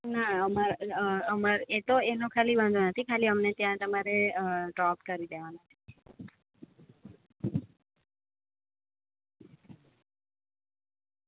ના અમારે એતો એનો ખાલી વાંધો નથી ખાલી અમને ત્યાં તમારે ડ્રોપ કરી દેવાનું છે